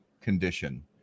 condition